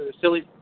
silly